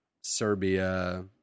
Serbia